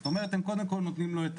זאת אומרת הם קודם כל נותנים לו את